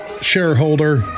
shareholder